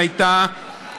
שהייתה,